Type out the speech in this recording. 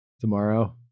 tomorrow